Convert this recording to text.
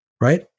right